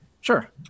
Sure